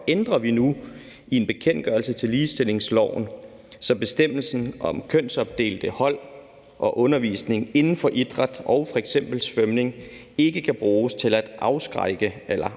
ændrer vi nu i en bekendtgørelse til ligestillingsloven, så bestemmelsen om kønsopdelte hold og undervisning inden for idræt og f.eks. svømning ikke kan bruges til at afskære det